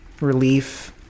relief